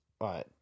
Right